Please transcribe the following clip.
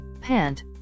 Pant